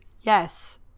yes